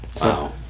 Wow